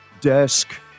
desk